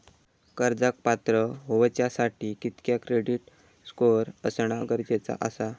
कर्जाक पात्र होवच्यासाठी कितक्या क्रेडिट स्कोअर असणा गरजेचा आसा?